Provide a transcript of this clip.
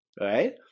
right